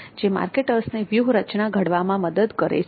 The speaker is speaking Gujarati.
જે માર્કેટર્સને વ્યૂહરચના ઘડવામાં મદદ કરે છે